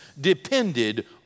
depended